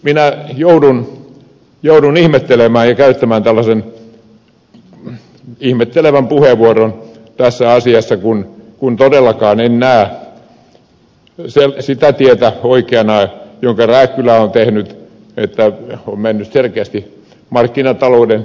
minä joudun ihmettelemään ja käyttämään tällaisen ihmettelevän puheenvuoron tässä asiassa kun todellakaan en näe sitä tietä oikeana jolle rääkkylä on lähtenyt että on mennyt selkeästi markkinatalouden ehdoilla